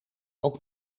ook